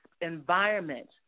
environment